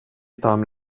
tahmin